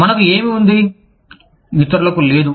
మనకు ఏమి ఉంది ఇతరులకు లేదు